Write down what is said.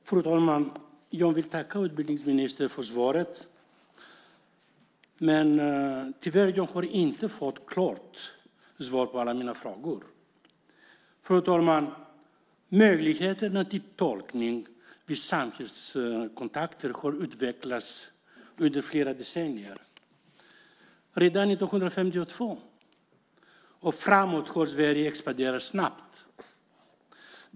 Fru talman! Jag vill tacka utbildningsministern för svaret, men tyvärr har jag inte fått ett klart svar på alla mina frågor. Fru talman! Möjligheterna till tolkning vid samhällskontakter har utvecklats under flera decennier. Sedan 1952 och framåt har Sverige expanderat snabbt.